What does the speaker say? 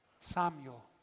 Samuel